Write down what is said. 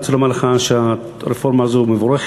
אני רוצה לומר לך שהרפורמה הזו מבורכת.